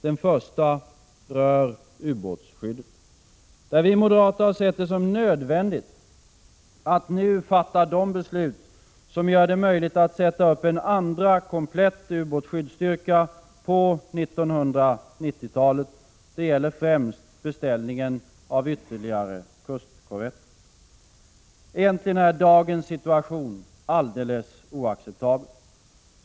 Den första rör ubåtsskyddet, där vi moderater har sett det som nödvändigt att nu fatta de beslut som gör det möjligt att sätta upp en andra komplett ubåtsskyddsstyrka på 1990-talet. Det gäller främst beställningar av fler kustkorvetter. Egentligen är dagens situation alldeles oacceptabel.